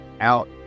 out